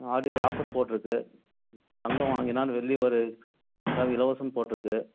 ஆடி offer போட்டுருக்கு தங்கம் வாங்கினால் வெள்ளி ஒரு கிலோ இலவசம்னு போட்டுருக்கு